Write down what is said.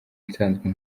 nsanzwe